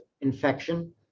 infection